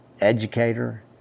educator